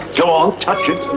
go on, touch it.